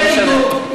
ימים יגידו.